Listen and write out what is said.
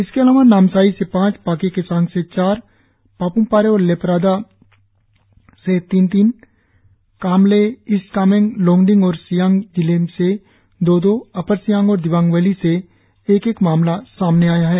इसके अलावा नामसाई से पांच पाक्के केसांग से चार पाप्मपारे और लेपाराडा से तीन तीन कामले ईस्ट कामेंग लोंगडिंग और सियांग जिले से दो दो अपर सियांग और दिवांग वैली से एक एक मामला सामने आया है